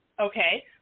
okay